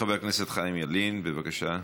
חבר הכנסת חיים ילין, בבקשה.